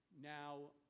now